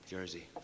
Jersey